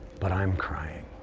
but i'm crying.